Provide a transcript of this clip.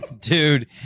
dude